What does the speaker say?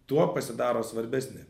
tuo pasidaro svarbesni